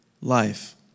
life